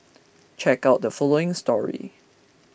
check out the following story